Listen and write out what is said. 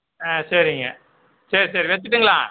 ஆ சரிங்க சரி சரி வெச்சிடட்டுங்களா